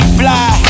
fly